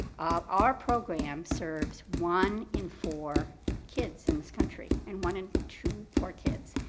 our program serves one in four kids in this country and one in two poor kids,